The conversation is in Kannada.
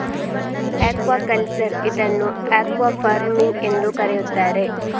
ಅಕ್ವಾಕಲ್ಚರ್ ಇದನ್ನು ಅಕ್ವಾಫಾರ್ಮಿಂಗ್ ಎಂದೂ ಕರೆಯುತ್ತಾರೆ